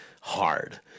hard